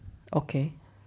okay